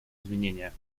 изменения